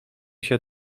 się